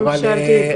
סתם שאלתי.